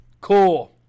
cool